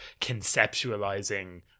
conceptualizing